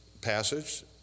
passage